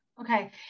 Okay